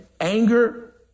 Anger